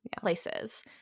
places